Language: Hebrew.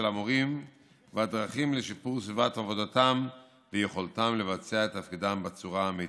המורים ודרכים לשיפור סביבת עבודתם ויכולתם לבצע את תפקידם בצורה המיטבית.